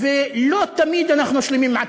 אנחנו עושים לכם טובה,